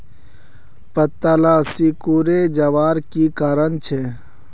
पत्ताला सिकुरे जवार की कारण छे?